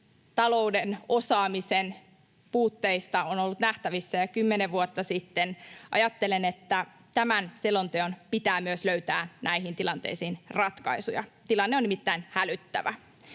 talouden osaamisen puutteista on ollut nähtävissä jo kymmenen vuotta sitten, ajattelen, että tämän selonteon pitää myös löytää näihin tilanteisiin ratkaisuja, tilanne on nimittäin hälyttävä.